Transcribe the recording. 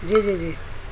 جی جی جی